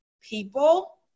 people